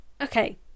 okay